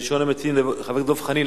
ראשון המציעים, חבר הכנסת דב חנין.